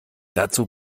dazu